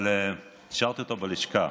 אבל השארתי אותו בלשכה.